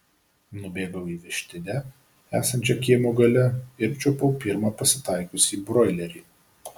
nubėgau į vištidę esančią kiemo gale ir čiupau pirmą pasitaikiusį broilerį